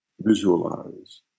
Visualize